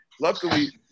luckily